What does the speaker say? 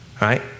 right